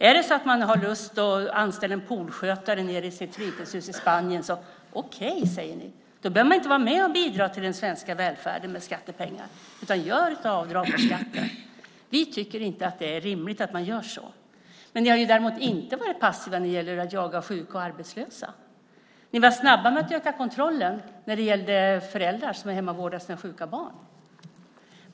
Om man vill anställa en poolskötare till sitt fritidshus i Spanien säger ni att det är okej att man då inte är med och bidrar till den svenska välfärden med skattepengar: Gör avdrag på skatten! Vi tycker inte att det är rimligt att man gör så. Ni har däremot inte varit passiva när det gäller att jaga sjuka och arbetslösa. Ni var snabba med att öka kontrollen av föräldrar som är hemma och vårdar sina sjuka barn.